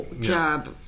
job